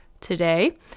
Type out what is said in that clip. today